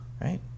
right